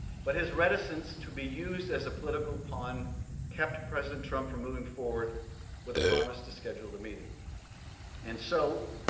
but his reticence to be used as a political pawn cap president trump from moving forward with a promise to schedule the meeting and so,